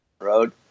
Road